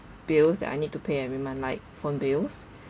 bills that I need to pay every month like phone bills